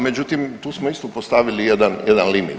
Međutim, tu smo isto postavili jedan limit.